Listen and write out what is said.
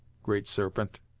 great serpent.